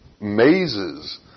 mazes